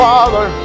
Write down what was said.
Father